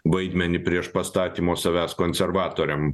vaidmenį prieš pastatymo savęs konservatoriams